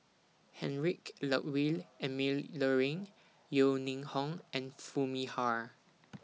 Heinrich Ludwig Emil Luering Yeo Ning Hong and Foo Mee Har